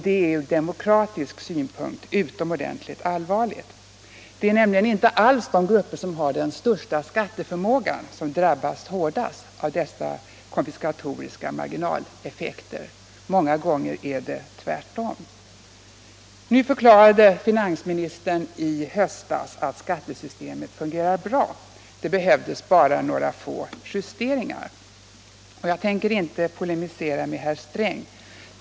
Det är från demokratisk synpunkt utomordentligt allvarligt. Det är nämligen inte alls de grupper som har den största skatteförmågan som drabbas hårdast av dessa konfiskatoriska marginaleffekter — många gånger är det tvärtom. Finansministern deklarerade i höstas att skattesystemet fungerar bra. Det behövdes bara några få justeringar. Jag tänker inte polemisera med herr Sträng.